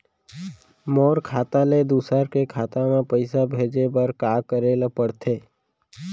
मोर खाता ले दूसर के खाता म पइसा भेजे बर का करेल पढ़थे?